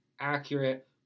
accurate